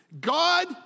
God